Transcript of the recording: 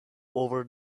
over